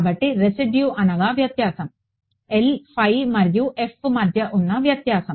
కాబట్టి రెసిడ్యు అనగా వ్యత్యాసం మరియు f మధ్య ఉన్న వ్యత్యాసం